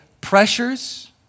pressures